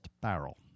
barrel